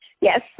Yes